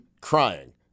crying